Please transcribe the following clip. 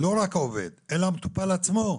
לא רק העובד, אלא המטופל עצמו.